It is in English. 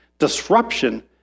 disruption